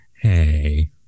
Hey